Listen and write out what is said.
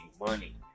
money